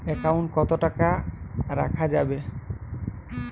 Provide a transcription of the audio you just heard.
Account কত টাকা রাখা যাবে?